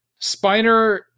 Spiner